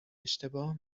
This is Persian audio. اشتباه